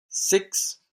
six